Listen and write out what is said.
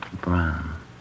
Brown